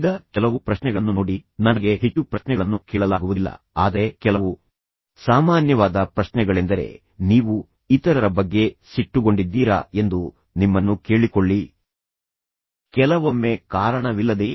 ಈಗ ಕೆಲವು ಪ್ರಶ್ನೆಗಳನ್ನು ನೋಡಿ ನನಗೆ ಹೆಚ್ಚು ಪ್ರಶ್ನೆಗಳನ್ನು ಕೇಳಲಾಗುವುದಿಲ್ಲ ಆದರೆ ಕೆಲವು ಸಾಮಾನ್ಯವಾದ ಪ್ರಶ್ನೆಗಳೆಂದರೆಃ ನೀವು ಇತರರ ಬಗ್ಗೆ ಸಿಟ್ಟುಗೊಂಡಿದ್ದೀರಾ ಎಂದು ನಿಮ್ಮನ್ನು ಕೇಳಿಕೊಳ್ಳಿ ಕೆಲವೊಮ್ಮೆ ಕಾರಣವಿಲ್ಲದೆಯೇ